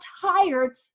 tired